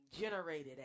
generated